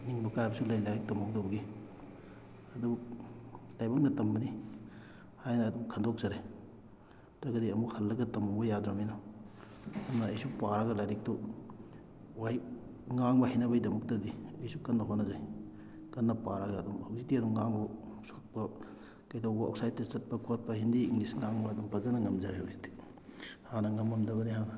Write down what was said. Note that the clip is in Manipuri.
ꯅꯤꯡꯕ ꯀꯥꯏꯕꯁꯨ ꯂꯩ ꯂꯥꯏꯔꯤꯛ ꯇꯝꯍꯧꯗꯕꯒꯤ ꯑꯗꯨ ꯂꯥꯏꯕꯛꯅ ꯇꯝꯕꯅꯤ ꯍꯥꯏꯅ ꯑꯗꯨꯝ ꯈꯟꯗꯣꯛꯆꯔꯦ ꯅꯠꯇ꯭ꯔꯒꯗꯤ ꯑꯃꯨꯛ ꯍꯜꯂꯒ ꯇꯝꯃꯨꯕ ꯌꯥꯗ꯭ꯔꯕꯅꯤꯅ ꯑꯗꯨꯅ ꯑꯩꯁꯨ ꯄꯥꯔꯒ ꯂꯥꯏꯔꯤꯛꯇꯨ ꯋꯥꯍꯩ ꯉꯥꯡꯕ ꯍꯩꯅꯕꯒꯤꯗꯃꯛꯇꯗꯤ ꯑꯩꯁꯨ ꯀꯟꯅ ꯍꯣꯠꯅꯖꯩ ꯀꯟꯅ ꯄꯥꯔꯒ ꯑꯗꯨꯝ ꯍꯧꯖꯤꯛꯇꯤ ꯑꯗꯨꯝ ꯉꯥꯡꯕ ꯁꯛꯄ ꯀꯩꯗꯧꯕ ꯑꯥꯎꯁꯥꯎꯠꯇ ꯆꯠꯄ ꯈꯣꯠꯄ ꯍꯤꯟꯗꯤ ꯏꯪꯂꯤꯁ ꯉꯥꯡꯕ ꯑꯗꯨꯝ ꯐꯖꯅ ꯉꯝꯖꯔꯦ ꯍꯧꯖꯤꯛꯇꯤ ꯍꯥꯟꯅ ꯉꯝꯃꯝꯗꯕꯅꯤ